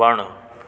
वणु